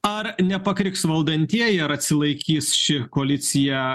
ar nepakriks valdantieji ar atsilaikys ši koalicija